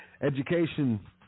education